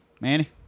Manny